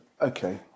okay